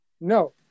no